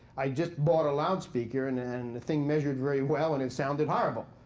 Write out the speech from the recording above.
i just bought a loudspeaker, and and the thing measured very well, and it sounded horrible.